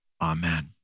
Amen